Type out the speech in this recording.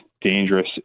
dangerous